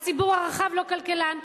הציבור הרחב לא כלכלן,